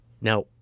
Now